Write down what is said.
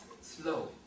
slow